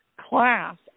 class